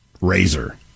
razor